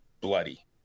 bloody